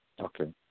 Okay